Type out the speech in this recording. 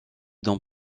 dans